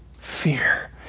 fear